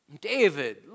David